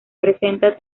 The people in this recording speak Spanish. presenta